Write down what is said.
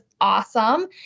awesome